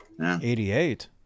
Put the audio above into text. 88